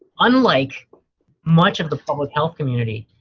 unlike much of the public health community,